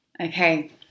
okay